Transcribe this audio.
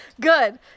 Good